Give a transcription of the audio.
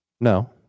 no